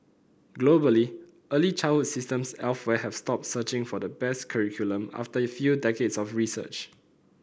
globally early childhood systems elsewhere have stopped searching for the best curriculum after a few decades of research